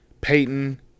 Peyton